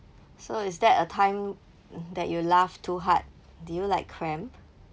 so is there a time that you laugh too hard do you like cramp